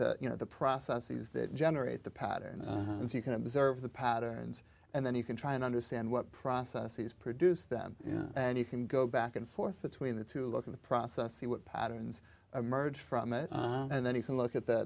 the you know the processes that generate the patterns and so you can observe the patterns and then you can try and understand what processes produce them and you can go back and forth between the two look at the process see what patterns emerge from it and then you can look at